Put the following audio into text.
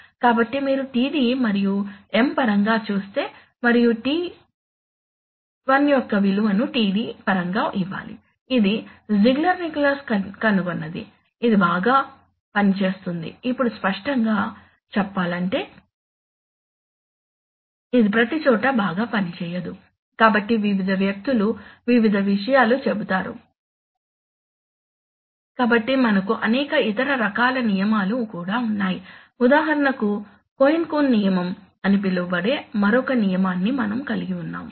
కాబట్టి మీరు td మరియు M పరంగా చూస్తే మరియు TI యొక్క విలువను td పరంగా ఇవ్వాలి ఇది జిగ్లెర్ నికోలస్ కనుగొన్నది ఇది బాగా పనిచేస్తుంది ఇప్పుడు స్పష్టంగా చెప్పాలంటే ఇది ప్రతిచోటా బాగా పనిచేయదు కాబట్టి వివిధ వ్యక్తులు వివిధ విషయాలు చెబుతారు కాబట్టి మనకు అనేక ఇతర రకాల నియమాలు కూడా ఉన్నాయి ఉదాహరణకు కోహెన్కూన్ నియమం అని పిలువబడే మరొక నియమాన్ని మనం కలిగి ఉన్నాము